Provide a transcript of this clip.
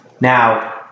Now